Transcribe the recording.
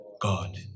God